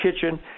kitchen